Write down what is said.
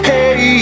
Hey